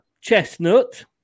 chestnut